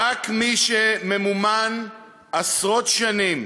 רק מי שממומן עשרות שנים